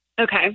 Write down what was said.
Okay